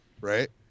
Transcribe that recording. right